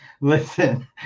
Listen